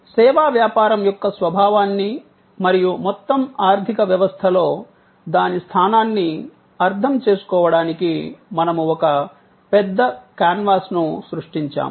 సేవా వ్యాపారం యొక్క స్వభావాన్ని మరియు మొత్తం ఆర్థిక వ్యవస్థలో దాని స్థానాన్ని అర్థం చేసుకోవడానికి మనము ఒక పెద్ద కాన్వాస్ను సృష్టించాము